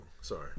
sorry